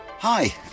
Hi